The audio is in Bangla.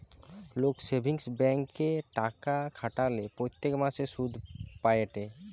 লোক সেভিংস ব্যাঙ্কে টাকা খাটালে প্রত্যেক মাসে সুধ পায়েটে